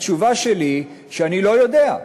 התשובה שלי שאני לא יודע.